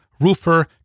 roofer